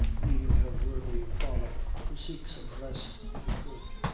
leaving her worthy father to seek some rest if he could.